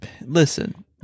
Listen